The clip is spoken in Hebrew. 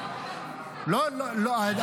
--- לא, לא.